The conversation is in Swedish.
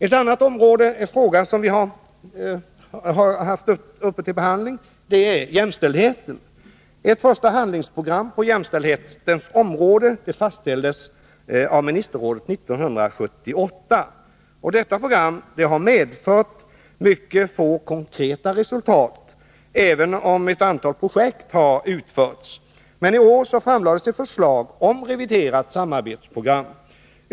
En annan fråga som varit uppe till behandling är jämställdheten. Ett första handlingsprogram på jämställdhetens område fastställdes av ministerrådet 1978. Detta program har medfört mycket få konkreta resultat, även om ett antal projekt har utförts. I år framlades emellertid ett förslag om ett reviderat samarbetsprogram.